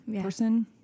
person